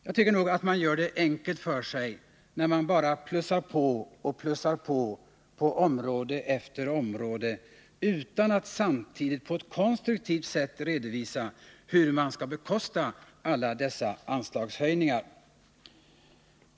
Jag tycker att man gör det enkelt för sig då man bara plussar på inom område efter område utan att samtidigt på ett konstruktivt sätt redovisa hur man skall bekosta alla dessa anslagshöjningar.